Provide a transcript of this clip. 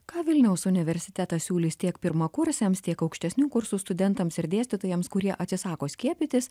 ką vilniaus universitetas siūlys tiek pirmakursiams tiek aukštesnių kursų studentams ir dėstytojams kurie atsisako skiepytis